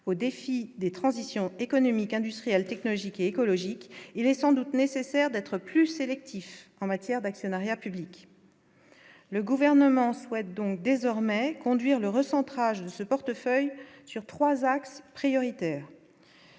au défi des transitions économiques industrielle, technologique et écologique, il est sans doute nécessaire d'être plus sélectif en matière d'actionnariat public. Le gouvernement souhaite donc désormais conduire le recentrage de ce portefeuille sur 3 axes prioritaires.